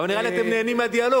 אבל נראה לי שאתם נהנים מהדיאלוג,